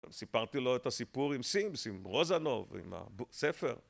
סיפרתי לו את הסיפור עם סימס, עם רוזנוב, עם הספר